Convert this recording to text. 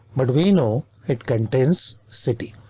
but we know it contains city.